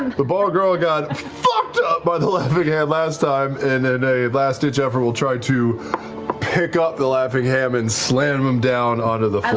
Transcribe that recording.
the barlgura got fucked up by the laughing hand yeah last time and in a last-ditch effort will try to pick up the laughing ham and slam him down onto the